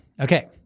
Okay